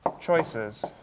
choices